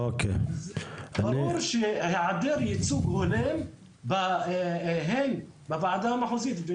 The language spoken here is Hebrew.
ברור שהיעדר ייצוג הולם בוועדה המחוזית.